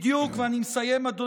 בדיוק, ואני מסיים, אדוני,